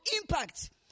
impact